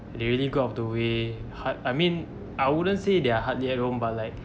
they really go out of the way hard I mean I wouldn't say they are hardly at home but like